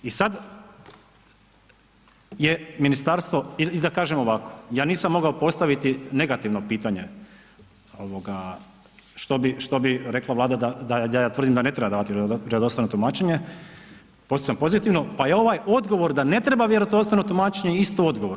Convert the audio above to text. I sada je ministarstvo ili da kažem ovako, ja nisam mogao postaviti negativno pitanje što bi rekla Vlada da ja tvrdim da ne treba davati vjerodostojno tumačenje … pozitivno, pa je ovaj odgovor da ne treba vjerodostojno tumačenje isto odgovor.